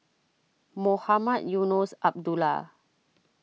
Mohamed Eunos Abdullah